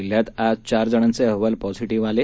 जिल्ह्यात आज चार जणांचे अहवाल पॉझिटिव्ह आले